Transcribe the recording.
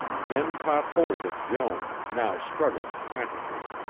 men caught hold of joan, now struggling frantically.